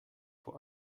vor